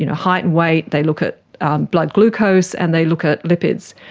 you know height, and weight, they look at blood glucose, and they look at lipids.